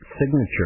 signature